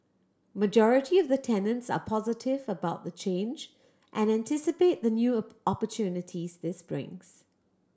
majority of the tenants are positive about the change and anticipate the new opportunities this brings